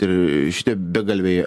ir šitie begalviai